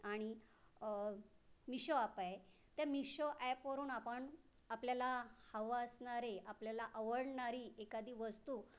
आणि मिषो आप आहे त्या मिषो ॲपवरून आपण आपल्याला हवं असणारे आपल्याला आवडणारी एखादी वस्तू